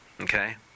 okay